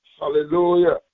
hallelujah